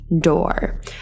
door